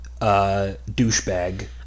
douchebag